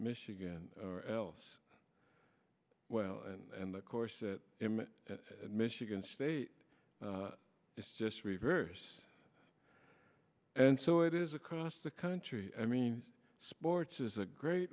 michigan or else well and of course that at michigan state it's just reverse and so it is across the country i mean sports is a great